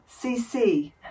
CC